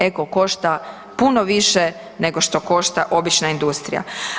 Eko košta puno više nego što košta obična industrija.